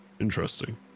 Interesting